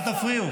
לא היה אף אחד,